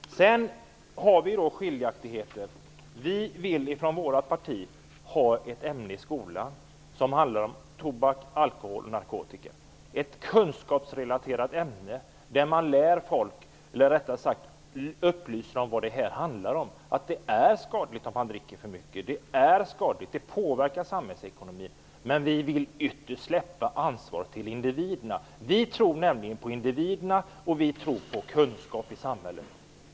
Vi vill från vårt parti ha ett ämne i skolan som handlar om tobak, alkohol och narkotika, ett kunskapsrelaterat ämne där man upplyser folk om vad det handlar om, att det är skadligt att dricka för mycket och påverkar samhällsekonomin. Men vi vill ytterst släppa ansvaret till individerna. Vi tror nämligen på individerna, och vi tror på kunskap i samhället.